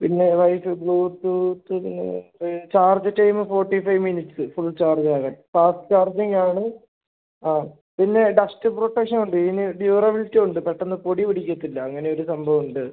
പിന്നെ ബ്ലൂടൂത്ത് പിന്നെ charge time forty five minutes full ചാർജാകാൻ ഫാസ്റ്റ് ചാർജിംഗാണ് ആ പിന്നെ ഡസ്റ്റ് പ്രൊട്ടക്ഷനുണ്ട് ഇതിന് ഡ്യൂറബിളിറ്റിയുണ്ട് പെട്ടെന്ന് പൊടി പിടിക്കത്തില്ല അങ്ങനെയൊരു സംഭവമുണ്ട്